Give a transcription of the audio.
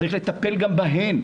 צריך לטפל גם בהן,